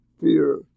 fear